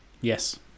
yes